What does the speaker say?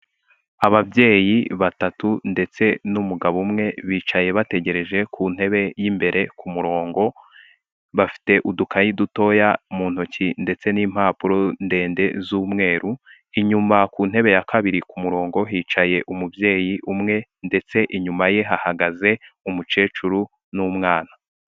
Ababyeyi batatu ndetse n'umugabo umwe bicaye bategereje ku ntebe y'imbere ku murongo, bafite udukayi dutoya mu ntoki ndetse n'impapuro ndende z'umweru, inyuma ku ntebe ya kabiri ku murongo hicaye umubyeyi umwe, ndetse inyuma ye hahagaze umukecuru n'umwana.